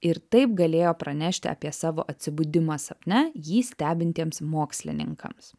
ir taip galėjo pranešti apie savo atsibudimą sapne jį stebintiems mokslininkams